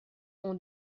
ont